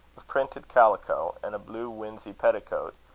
of printed calico, and a blue winsey petticoat,